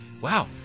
wow